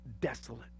desolate